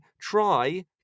try